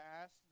ask